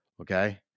okay